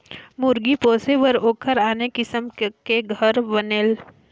मुरगी पोसे बर ओखर आने किसम के घर बनेल